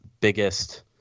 biggest